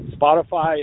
Spotify